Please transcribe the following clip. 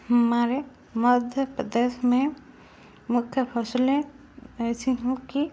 हमारे मध्य प्रदेश में मुख्य फ़सलें ऐसी हों कि